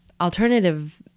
alternative